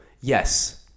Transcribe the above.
yes